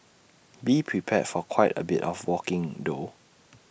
be prepared for quite A bit of walking though